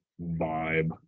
vibe